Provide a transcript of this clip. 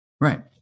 Right